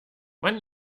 man